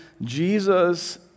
Jesus